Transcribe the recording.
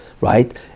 right